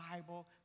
Bible